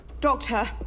Doctor